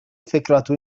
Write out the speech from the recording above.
فكرة